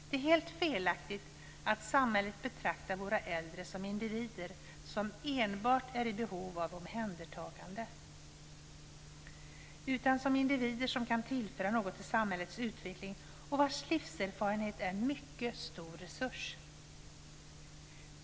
Det är helt felaktigt att samhället betraktar våra äldre som individer som enbart är i behov av omhändertagande i stället för att betrakta dem som individer som kan tillföra något till samhällets utveckling och som individer vars livserfarenhet är en mycket stor resurs.